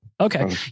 Okay